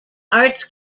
arts